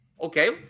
Okay